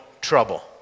trouble